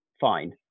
fine